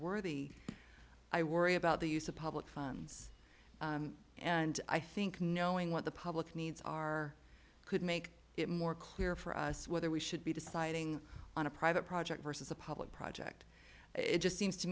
worthy i worry about the use of public funds and i think knowing what the public needs are could make it more clear for us whether we should be deciding on a private project versus a public project it just seems to